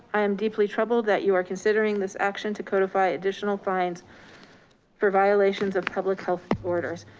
i am deeply troubled that you are considering this action to codify additional fines for violations of public health orders,